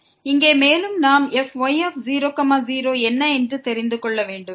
மேலும் நாம் fy00 என்ன என்று தெரிந்து கொள்ள வேண்டும்